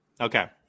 okay